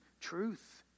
truth